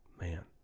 man